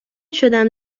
شدم